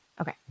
Okay